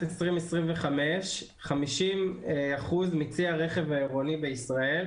2025 50% מצי הרכב העירוני בישראל.